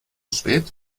spät